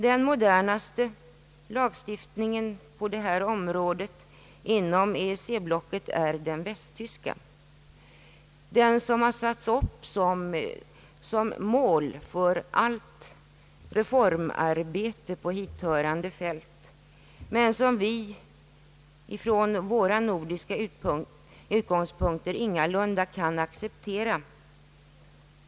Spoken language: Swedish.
Den modernaste lagstiftningen på detta område inom EEC-blocket är den västtyska, den som har satts upp som mål för allt reformarbete på hithörande fält men som vi från våra nordiska utgångspunkter ingalunda kan acceptera.